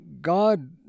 God